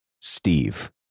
Steve